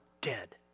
dead